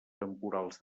temporals